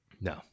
No